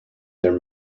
their